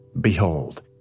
Behold